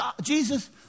Jesus